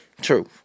True